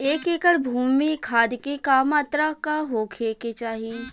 एक एकड़ भूमि में खाद के का मात्रा का होखे के चाही?